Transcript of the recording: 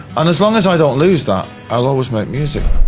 and as long as i don't lose that, i'll always make music.